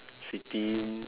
sitting